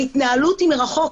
ההתנהלות היא מרחוק,